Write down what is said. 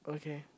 okay